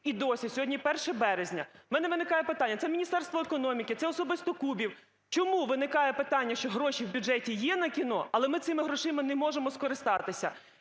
і досі, сьогодні 1 березня… У мене виникає питання. Це Міністерство економіки, це особисто Кубів? Чому виникає питання, що гроші в бюджеті є на кіно, але ми цими грошима не можемо скористатися?